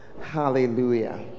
Hallelujah